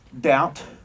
Doubt